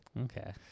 Okay